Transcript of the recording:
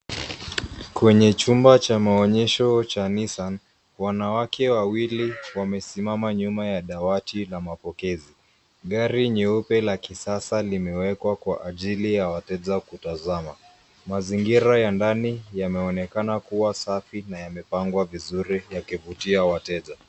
Kwenye chumba cha maonyesho cha nissan wanawake wawili wamesimama nyuma ya dawati la mapokezi, gari nyeupe la kisasa limewekwa kwa ajili ya wateja kutazama mazingira ya ndani yameonekana kuwa safi na yamepangwa vizuri yakivutia wateja.